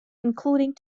including